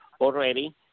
already